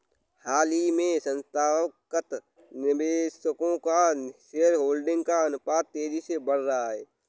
हाल ही में संस्थागत निवेशकों का शेयरहोल्डिंग का अनुपात तेज़ी से बढ़ रहा है